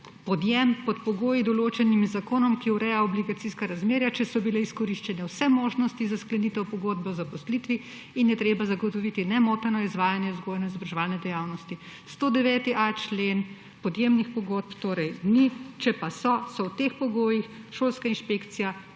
podjem pod pogoji, določenimi z zakonom, ki ureja obligacijska razmerja, če so bile izkoriščene vse možnosti za sklenitev pogodbe o zaposlitvi in je treba zagotoviti nemoteno izvajanje vzgojno-izobraževalne dejavnosti. 109.a člen. Podjemnih pogodb torej ni, če pa so, so v teh pogojih. Šolska in delovna